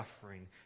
suffering